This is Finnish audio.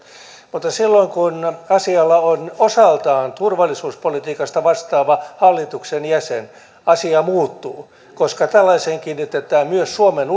mutta silloin kun asialla on osaltaan turvallisuuspolitiikasta vastaava hallituksen jäsen asia muuttuu koska tällaiseen kiinnitetään myös suomen